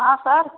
हाँ सर